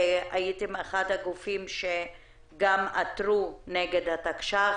הייתם גם אחד הגופים שעתרו נגד התקש"ח.